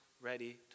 ready